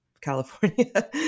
California